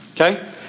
Okay